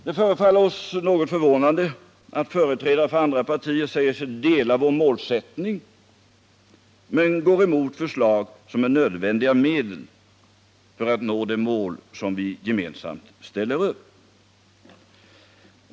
Det förefaller oss något förvånande att företrädare för andra partier säger sig dela vår målsättning men går emot förslag, som innebär nödvändiga medel för att nå det mål som vi gemensamt ställer upp.